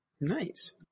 Nice